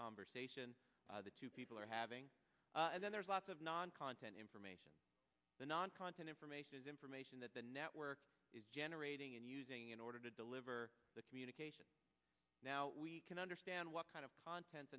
conversation the two people are having and then there's lots of non content information the non content information is information that the network is generating and using in order to deliver the communication now we can understand what kind of content